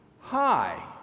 Hi